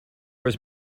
was